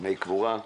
דמי קבורה.